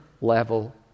level